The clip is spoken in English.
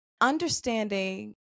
understanding